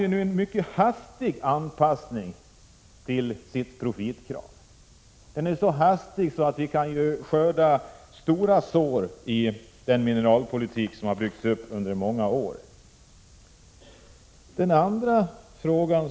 Man har mycket hastigt anpassat sig till profitkravet. Det har gått så hastigt att stora sår har uppstått i den mineralpolitik som byggts upp under många år. Det var den första frågan.